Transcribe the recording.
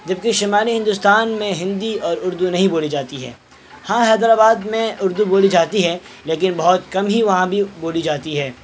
جبکہ شمالی ہندوستان میں ہندی اور اردو نہیں بولی جاتی ہے ہاں حیدر آباد میں اردو بولی جاتی ہے لیکن بہت کم ہی وہاں بھی بولی جاتی ہے